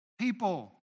people